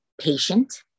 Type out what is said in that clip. patient